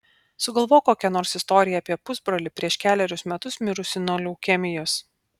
sugalvok kokią nors istoriją apie pusbrolį prieš kelerius metus mirusį nuo leukemijos